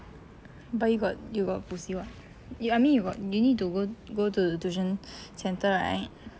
but you got you got 补习 [what] I mean you got you need to go go to tuition centre right